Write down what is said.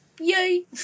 Yay